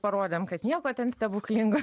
parodėm kad nieko ten stebuklingo